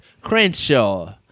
Crenshaw